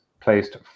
placed